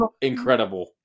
incredible